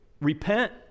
Repent